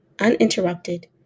uninterrupted